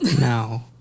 No